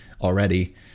already